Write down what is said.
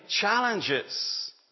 challenges